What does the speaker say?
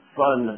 fun